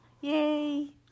Yay